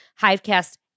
Hivecast